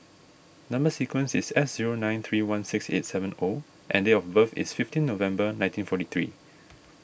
Number Sequence is S zero nine three one six eight seven O and date of birth is fifteen November nineteen forty three